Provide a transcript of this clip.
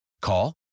Call